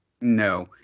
No